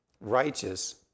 righteous